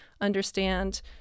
understand